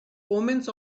omens